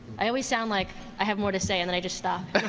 i always sound like i have more to say and then i just stop.